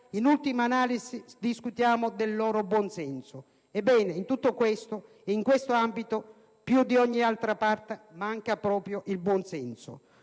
in ultima analisi, discutiamo del loro buon senso. Ebbene, in questo ambito, più di ogni altra parte, manca proprio il buon senso.